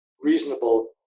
reasonable